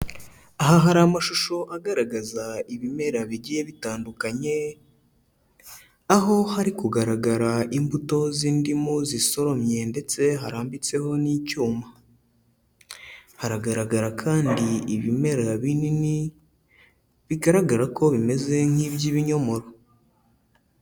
Aha hari amashusho agaragaza ibimera bigiye bitandukanye, aho hari kugaragara imbuto z'indimu zisoromye ndetse harambitseho n'icyuma, haragaragara kandi ibimera binini bigaragara ko bimeze nk'iby'ibinyomoro.